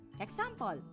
Example